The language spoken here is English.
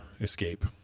escape